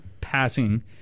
passing